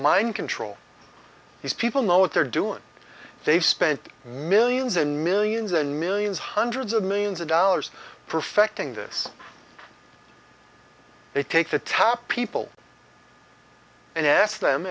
mind control these people know what they're doing they've spent millions and millions and millions hundreds of millions of dollars perfecting this they take the tap people and ask them